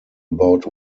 about